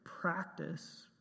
practice